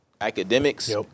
academics